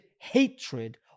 hatred